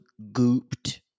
gooped